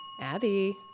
Abby